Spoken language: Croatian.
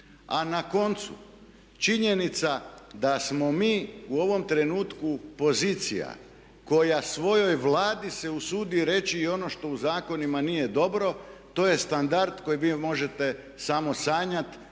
A na koncu, činjenica da smo mi u ovom trenutku pozicija koja svojoj Vladi se usudi reći i ono što u zakonima nije dobro, to je standard koji vi možete samo sanjati